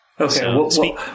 Okay